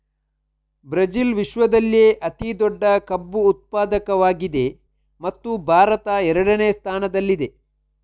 Brazil ವಿಶ್ವದಲ್ಲೇ ಅತಿ ದೊಡ್ಡ ಕಬ್ಬು ಉತ್ಪಾದಕವಾಗಿದೆ ಮತ್ತು ಭಾರತ ಎರಡನೇ ಸ್ಥಾನದಲ್ಲಿದೆ